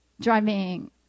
driving